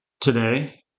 today